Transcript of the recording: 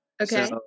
okay